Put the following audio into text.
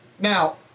Now